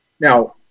Now